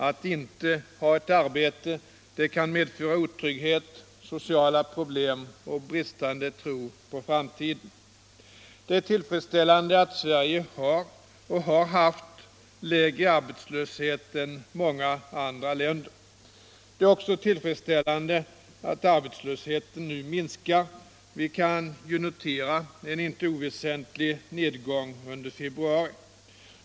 Att inte ha ett arbete kan medföra otrygghet, sociala problem och bristande tro på framtiden. Det är tillfredsställande att Sverige har och har haft lägre arbetslöshet än många andra länder. Det är också tillfredsställande att arbetslösheten nu minskar. Vi kan ju notera en inte oväsentlig nedgång under februari.